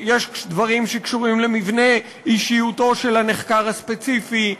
יש דברים שקשורים למבנה אישיותו של הנחקר הספציפי,